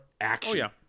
action